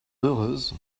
heureuse